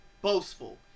boastful